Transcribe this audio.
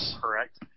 correct